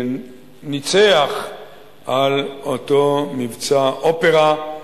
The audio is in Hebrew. שניצח על אותו מבצע "אופרה",